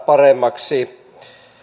paremmaksi